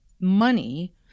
money